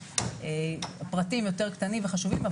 פרטים יותר קטנים וחשובים.